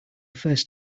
first